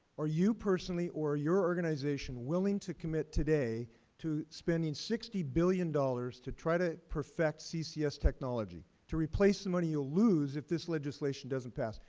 are you personally, or your organization willing to commit today to spending sixty billion dollars to try to perfect ccs technology to replace the money you lose if this legislation doesn't pass?